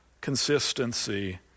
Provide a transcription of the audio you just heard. consistency